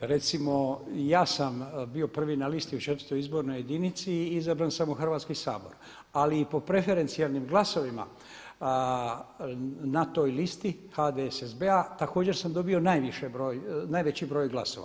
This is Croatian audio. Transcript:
Recimo ja sam bio prvi na listi u 4 izbornoj jedinici i izabran sam u Hrvatski sabor, ali i po preferencijalnim glasovima na toj listi HDSSB-a također sam dobio najveći broj glasova.